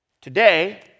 Today